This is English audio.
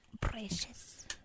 Precious